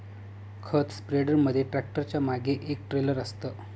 खत स्प्रेडर मध्ये ट्रॅक्टरच्या मागे एक ट्रेलर असतं